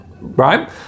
right